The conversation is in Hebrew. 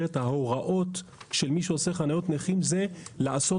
ההוראות כשמישהו עושה חניות נכים זה לעשות